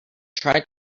tried